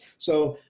so,